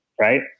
right